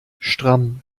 stramm